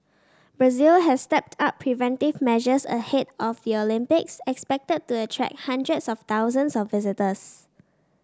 Brazil has stepped up preventive measures ahead of the Olympics expected to attract hundreds of thousands of visitors